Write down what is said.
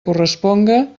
corresponga